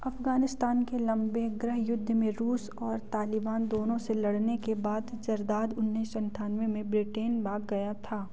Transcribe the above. अफगानिस्तान के लंबे गृहयुद्ध में रूस और तालिबान दोनों से लड़ने के बाद ज़रदाद उन्नीस सौ अट्ठानबे में ब्रिटेन भाग गया था